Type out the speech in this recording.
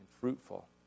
fruitful